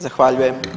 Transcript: Zahvaljujem.